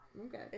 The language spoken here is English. Okay